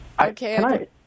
Okay